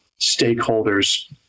stakeholders